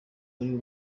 wari